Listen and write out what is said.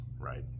right